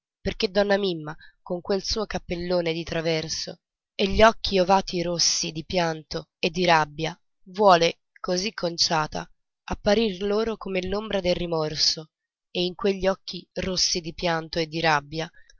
perché donna mimma con quel suo cappellone di traverso e gli occhi ovati rossi di pianto e di rabbia vuole così conciata apparir loro come l'ombra del rimorso e in quegli occhi rossi di pianto e di rabbia